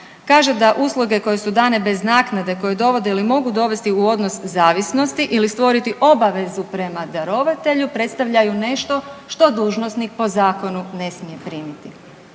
Kaže da usluge koje su dane bez naknade koje dovode ili mogu dovesti u odnos zavisnosti ili stvoriti obavezu prema darovatelju, predstavljaju nešto što dužnosnik po zakonu ne smije primiti.